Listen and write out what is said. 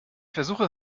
versuche